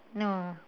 no